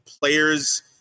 players